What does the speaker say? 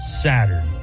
Saturn